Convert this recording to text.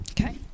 Okay